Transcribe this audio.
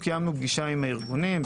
קיימנו פגישה עם הארגונים,